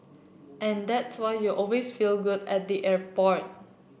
and that's why you always feel good at the airport